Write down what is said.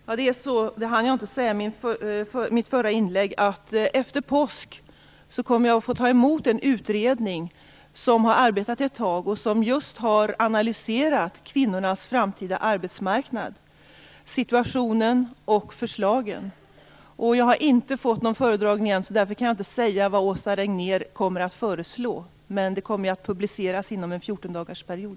Fru talman! Jag hann inte säga i mitt förra inlägg att jag kommer att få ta emot en utredning efter påsk. Utredningen har arbetat ett tag med att analysera kvinnornas framtida arbetsmarknad - situationen och förslagen. Jag har inte fått någon föredragning ännu och kan därför inte säga vad Åsa Regnér kommer att föreslå. Resultatet kommer att publiceras inom en fjortondagarsperiod.